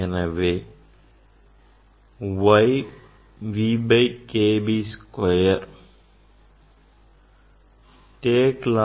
எனவே Y V by K B square